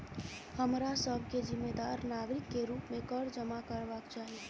हमरा सभ के जिम्मेदार नागरिक के रूप में कर जमा करबाक चाही